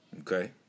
Okay